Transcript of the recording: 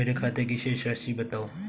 मेरे खाते की शेष राशि बताओ?